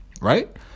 right